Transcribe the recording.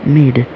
mid